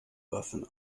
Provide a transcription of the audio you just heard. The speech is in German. waffen